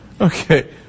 Okay